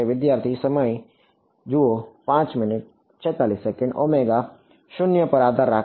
વિદ્યાર્થી ઓમેગા શૂન્ય પર આધાર રાખીને